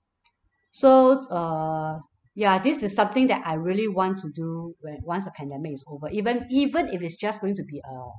so err ya this is something that I really want to do when once the pandemic is over even even if it's just going to be a